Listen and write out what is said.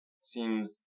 seems